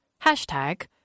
Hashtag